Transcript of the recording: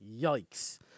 yikes